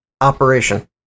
Operation